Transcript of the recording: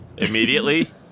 Immediately